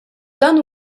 dan